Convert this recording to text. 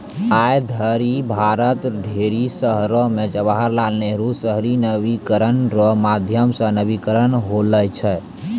आय धरि भारत रो ढेरी शहरो मे जवाहर लाल नेहरू शहरी नवीनीकरण रो माध्यम से नवीनीकरण होलौ छै